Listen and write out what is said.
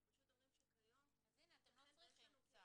אנחנו פשוט אומרים שכיום יתכן ויש לנו דברים